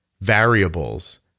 variables